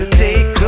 take